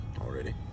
already